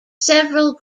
several